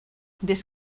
des